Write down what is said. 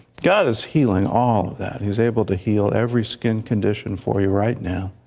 god is healing all of that. he is able to heal every skin condition for you right now,